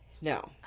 No